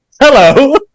hello